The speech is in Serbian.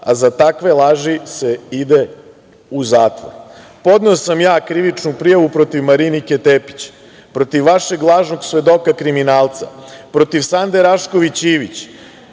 a za takve laži se ide u zatvor. Podneo sam ja krivičnu prijavu protiv Marinike Tepić, protiv vašeg lažnog svedoka kriminalca, protiv Sande Rašković Ivić.